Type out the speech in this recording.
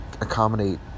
accommodate